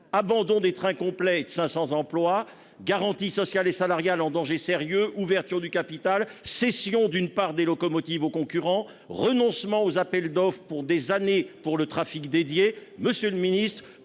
abandon des trains complets de 500 emplois. Garanties sociales et salariales en danger sérieux. Ouverture du capital cessions d'une part des locomotives aux concurrents renoncement aux appels d'offres pour des années pour le trafic dédié. Monsieur le Ministre,